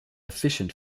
efficient